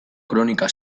kronika